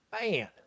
Man